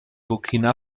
burkina